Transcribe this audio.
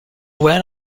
went